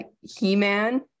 he-man